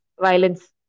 violence